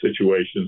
situations